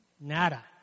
Nada